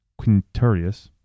Quinturius